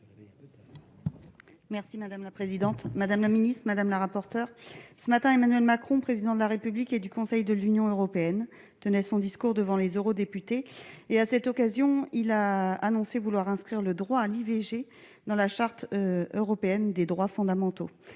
vote. Madame la présidente, madame la ministre, mes chers collègues, ce matin Emmanuel Macron, Président de la République et président du Conseil de l'Union européenne, tenait un discours devant les eurodéputés. À cette occasion, il a annoncé vouloir inscrire le droit à l'IVG dans la Charte des droits fondamentaux